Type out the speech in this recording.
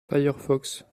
firefox